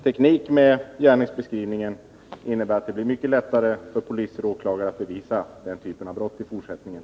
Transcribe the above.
Tekniken i vår gärningsbeskrivning innebär att det blir mycket lättare för poliser och åklagare att bevisa denna typ av brott i fortsättningen.